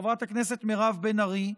חברת הכנסת מירב בן ארי,